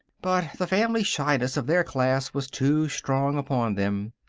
but the family shyness of their class was too strong upon them.